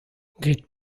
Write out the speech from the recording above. grit